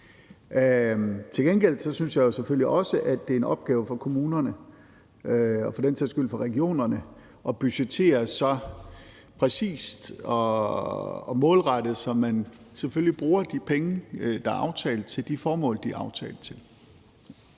Til gengæld synes jeg jo selvfølgelig også, at det er en opgave for kommunerne og for den sags skyld regionerne at budgettere så præcist og målrettet, så man selvfølgelig bruger de penge, der er aftalt, til de formål, de er aftalt til.